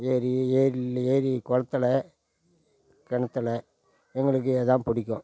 ஏரி ஏரியில் ஏரி குளத்துல கிணத்துல எங்களுக்கு அதான் பிடிக்கும்